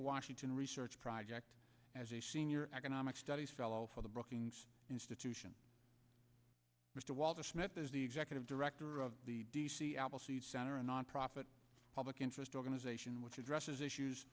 washington research project as a senior economic studies fellow for the brookings institution mr walter smith is the executive director of the d c appleseed center a nonprofit public interest organization which addresses issues